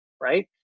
right